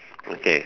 okay